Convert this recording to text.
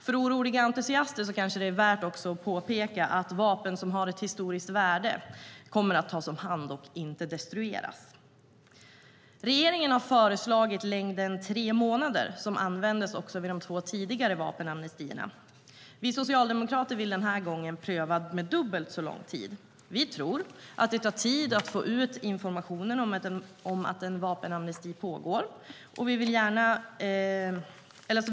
För oroliga entusiaster kanske det är värt att påpeka att vapen som har ett historiskt värde kommer att tas om hand och inte destrueras. Regeringen har föreslagit längden tre månader, som användes också vid de två tidigare vapenamnestierna. Vi socialdemokrater vill den här gången pröva med dubbelt så lång tid. Vi tror att det tar tid att få ut informationen om att en vapenamnesti pågår.